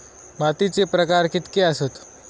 मातीचे प्रकार कितके आसत?